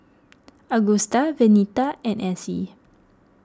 Augusta Venita and Essie